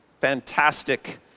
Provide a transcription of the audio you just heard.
fantastic